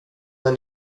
när